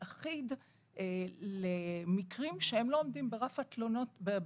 אחיד למקרים שהם לא עומדים ברף הפלילי,